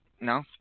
No